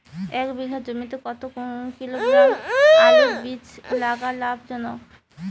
এক বিঘা জমিতে কতো কিলোগ্রাম আলুর বীজ লাগা লাভজনক?